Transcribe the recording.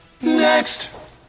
Next